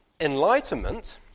Enlightenment